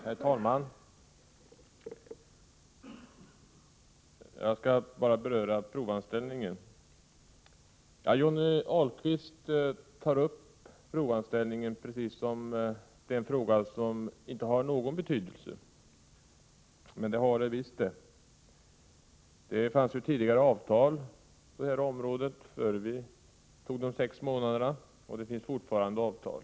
Herr talman! Jag skall bara beröra frågan om provanställning. Johnny Ahlqvist talar om provanställningen som om den inte skulle ha någon betydelse. Men det har den. Det fanns tidigare avtal på detta område om sex månaders provanställning, och det finns fortfarande avtal.